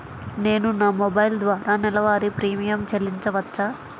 నేను నా మొబైల్ ద్వారా నెలవారీ ప్రీమియం చెల్లించవచ్చా?